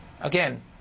again